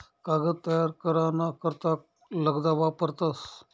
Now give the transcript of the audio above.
कागद तयार करा ना करता लगदा वापरतस